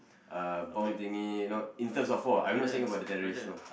uh bomb thingy you know in terms of war I not saying about the terrorist no